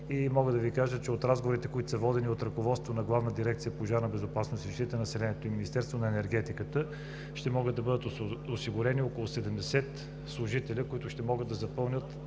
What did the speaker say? Мога да Ви кажа, че от разговорите, които са водени от ръководството на Главна дирекция „Пожарна безопасност и защита на населението“ и Министерството на енергетиката, ще могат да бъдат осигурени около 70 служители, които ще могат да запълнят